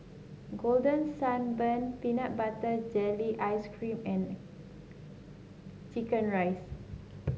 Golden Sand Bun Peanut Butter Jelly Ice cream and chicken rice